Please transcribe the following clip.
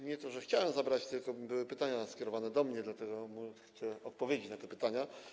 Nie to, że chciałem zabrać głos, tylko były pytania skierowane do mnie, dlatego chcę odpowiedzieć na te pytania.